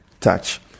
touch